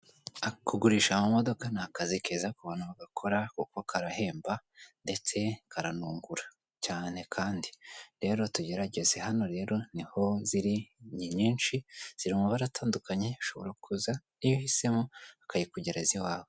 Kugurisha amamodoka ni akazi keza ku bantu bagakora, kuko karahemba ndetse karanungura cyane kandi, rero tugerageze hano rero niho ziri ni nyinshi ziri mu mabara atandukanye ushobora kuza iyo uhisemo bakayikugereza iwawe.